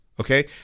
okay